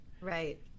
Right